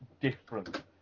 different